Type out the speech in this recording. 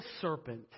serpent